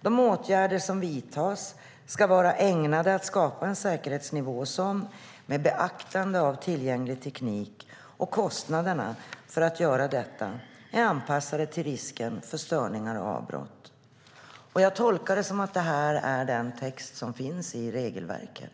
"De åtgärder som vidtas ska vara ägnade att skapa en säkerhetsnivå som, med beaktande av tillgänglig teknik och kostnaderna för att genomföra åtgärderna, är anpassad till risken för störningar och avbrott." Jag tolkar det som att detta är den text som finns i regelverket.